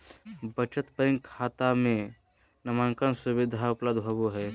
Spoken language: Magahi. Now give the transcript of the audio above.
बचत बैंक खाता में नामांकन सुविधा उपलब्ध होबो हइ